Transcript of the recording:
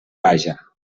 vaja